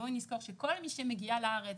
בואו נזכור שכל מי שמגיע לארץ,